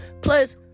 plus